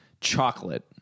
chocolate